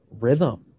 rhythm